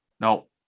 No